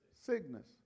sickness